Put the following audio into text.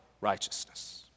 righteousness